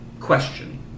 question